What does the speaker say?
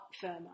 firmer